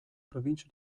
provincia